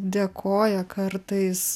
dėkoja kartais